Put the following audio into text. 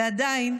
ועדיין,